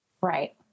Right